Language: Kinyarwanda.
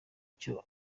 icyo